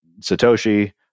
Satoshi